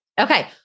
Okay